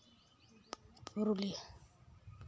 Purulia